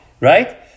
right